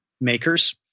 makers